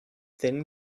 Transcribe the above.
thin